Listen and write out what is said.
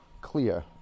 clear